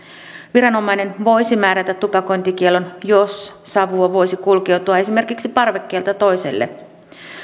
viranomainen voisi määrätä tupakointikiellon jos savua voisi kulkeutua esimerkiksi parvekkeelta toiselle